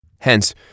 Hence